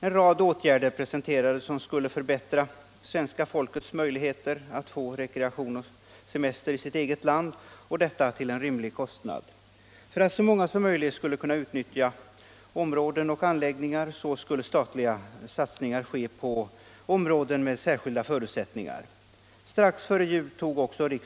En rad åtgärder presenterades som skulle förbättra svenska folkets möjligheter till rekreation och semester i sitt eget land — och detta till en rimlig kostnad. För att så många som möjligt skulle kunna utnyttja rekreationsområden och anläggningar skulle statliga satsningar ske på områden med särskilda förutsättningar.